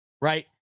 right